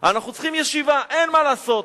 אנחנו צריכים ישיבה, אין מה לעשות.